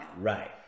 Right